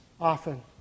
often